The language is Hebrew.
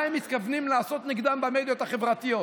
הם מתכוונים לעשות נגדם במדיות החברתיות,